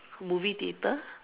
movie theater